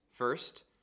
First